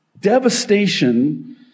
devastation